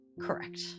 Correct